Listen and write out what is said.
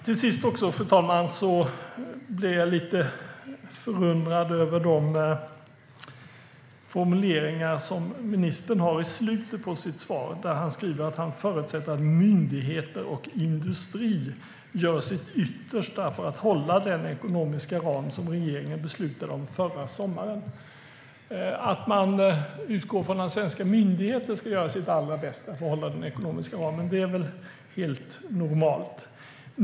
Till sist blev jag lite förundrad över de formuleringar som ministern har i slutet av sitt svar. Han skriver att han förutsätter att myndigheter och industrin gör sitt yttersta för att hålla den ekonomiska ram som regeringen beslutade om förra sommaren. Att man utgår från att svenska myndigheter ska göra sitt allra bästa för att hålla den ekonomiska ramen är väl helt normalt.